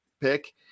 pick